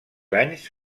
anys